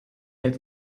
had